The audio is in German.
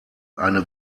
eine